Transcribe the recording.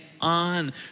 on